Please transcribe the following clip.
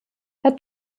herr